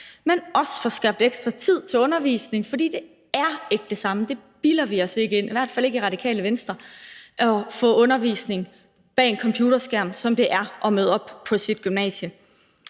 der også bliver skabt ekstra tid til undervisning. For det er ikke det samme – det bilder vi os ikke ind, i hvert fald ikke i Radikale Venstre – at få undervisning bag en computerskærm, som det er at møde op på sit gymnasium.